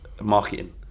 marketing